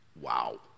Wow